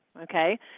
Okay